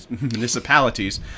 municipalities